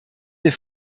des